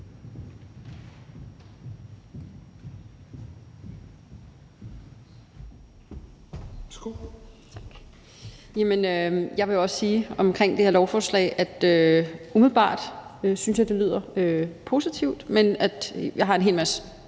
Jeg vil også om det her lovforslag sige, at jeg umiddelbart synes, det lyder positivt, men at jeg har en hel masse